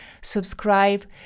Subscribe